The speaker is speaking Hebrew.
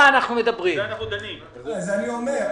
אני אומר,